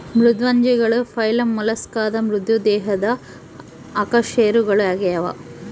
ಮೃದ್ವಂಗಿಗಳು ಫೈಲಮ್ ಮೊಲಸ್ಕಾದ ಮೃದು ದೇಹದ ಅಕಶೇರುಕಗಳಾಗ್ಯವ